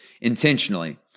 intentionally